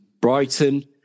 Brighton